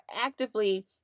actively